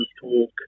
talk